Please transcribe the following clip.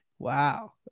Wow